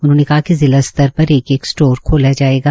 उन्होंने किा कि जिला स्तर पर एक एक स्टोर खोला जायेगा